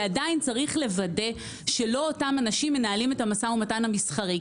ועדיין צריך לוודא שלא אותם אנשים מנהלים את המשא ומתן המסחרי.